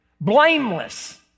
blameless